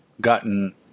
gotten